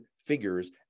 figures